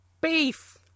Beef